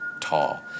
tall